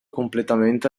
completamente